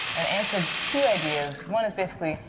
and answer two ideas. one is basically,